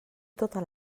tota